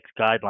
guidelines